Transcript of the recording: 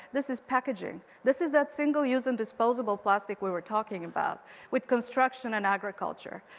this is packaging, this is that single use and disposable plastic we were talking about with construction and agriculture.